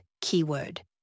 keyword